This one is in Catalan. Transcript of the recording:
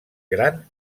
gran